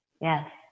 yes